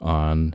on